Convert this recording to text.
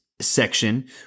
section